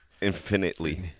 Infinitely